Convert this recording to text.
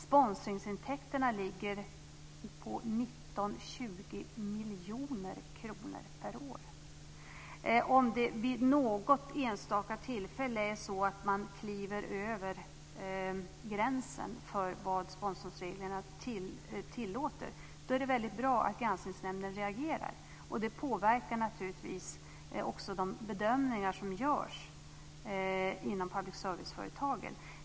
Sponsringsintäkterna ligger på 19-20 miljoner kronor per år. Om man vid något enstaka tillfälle kliver över gränsen för vad sponsorsreglerna tillåter är det väldigt bra att Granskningsnämnden reagerar, och det påverkar naturligtvis också de bedömningar som görs inom public service-företagen.